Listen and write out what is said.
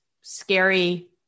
scary